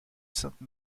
sainte